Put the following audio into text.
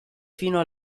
fino